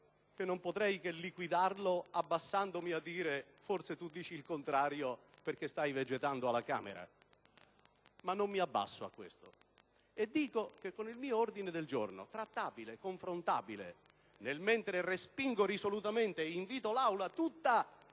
che non potrei che liquidarlo dicendo: «Forse tu dici il contrario perché stai vegetando alla Camera». Non mi abbasso a questo, ma dico che con il mio ordine del giorno, trattabile e confrontabile (nel mentre respingo risolutamente ed invito l'Aula tutta,